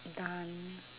done